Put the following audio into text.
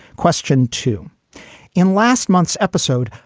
question two in last month's episode.